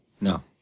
no